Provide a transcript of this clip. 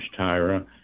Tyra